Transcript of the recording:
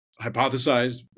hypothesized